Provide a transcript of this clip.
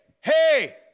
hey